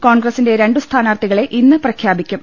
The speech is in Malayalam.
കോൺഗ്രസിന്റെ രണ്ടു സ്ഥാനാർത്ഥികളെ ഇന്ന് പ്രഖ്യാപിക്കും